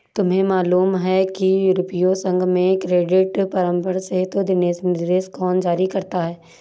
तुम्हें मालूम है कि यूरोपीय संघ में क्रेडिट परामर्श हेतु दिशानिर्देश कौन जारी करता है?